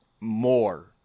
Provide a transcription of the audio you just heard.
more